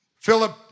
Philip